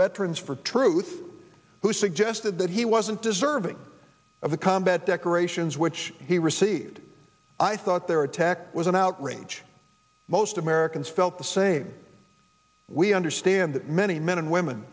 veterans for truth who suggested that he wasn't deserving of the combat decorations which he received i thought their attack was an outrage most americans felt the same we understand that many men and women